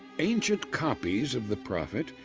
ancient copies of the prophet,